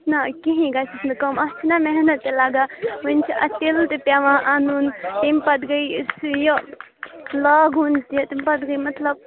نَہ کِہیٖنۍ گژھٮ۪س نہٕ کَم اَتھ چھِنَہ محنت تہِ لگان وٕنۍ چھِ اَتھ تِلہٕ تہِ پٮ۪وان اَنُن تمہِ پتہٕ گٔے یہِ لاگُن تہِ تمہِ پتہٕ گٔے مطلب